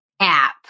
app